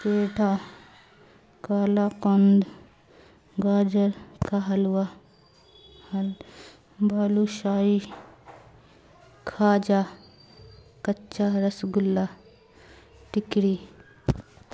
کیٹا کالااکند گاجر کا حلوا بالوشاہ کھاجا کچا رس گلا ٹکری